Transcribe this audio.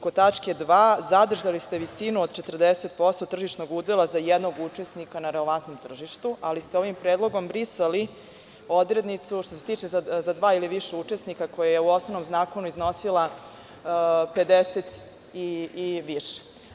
Kod tačke 2. ste zadržali visinu od 40% tržišnog udela za jednog učesnika na relevantnom tržištu, ali ste ovim predlogom brisali odrednicu što se tiče za dva ili više učesnika, koja je u osnovnom zakonu iznosila 50 i više.